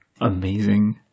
Amazing